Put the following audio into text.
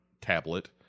tablet